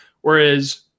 Whereas